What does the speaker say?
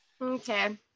Okay